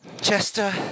Chester